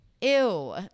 ew